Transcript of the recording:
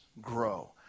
grow